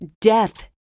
death